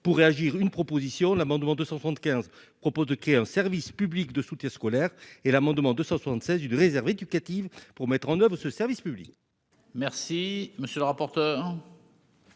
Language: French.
pour réagir, une proposition d'amendement 200 francs de quinze propose de créer un service public de soutien scolaire et l'amendement 276 une réserve éducative pour mettre en oeuvre ce service public. Merci, monsieur le rapporteur.